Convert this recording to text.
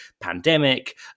pandemic